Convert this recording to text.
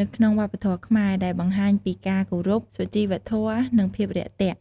នៅក្នុងវប្បធម៌ខ្មែរដែលបង្ហាញពី ការគោរព សុជីវធម៌ និងភាពរាក់ទាក់។